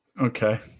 Okay